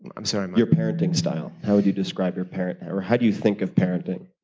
i'm sorry? your parenting style. how would you describe your parent or how do you think of parenting?